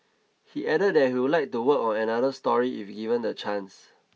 he added that he would like to work on another story if given the chance